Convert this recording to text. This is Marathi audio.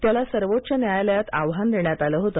त्याला सर्वोच्च न्यायालयात आव्हान देण्यात आलं होते